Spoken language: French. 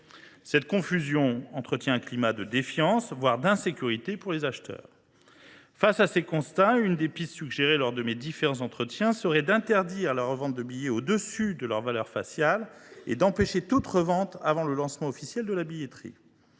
Cette confusion entretient un climat de défiance, voire d’insécurité pour les acheteurs. Face à ces constats, plusieurs pistes m’ont été suggérées lors de mes différents entretiens, notamment l’interdiction de la revente de billets au dessus de leur valeur faciale et de toute revente avant le lancement officiel de la billetterie.